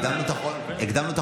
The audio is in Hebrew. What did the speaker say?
הקדמנו את החוק שלך.